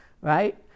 right